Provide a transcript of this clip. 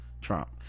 Trump